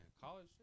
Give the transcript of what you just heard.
college